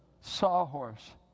sawhorse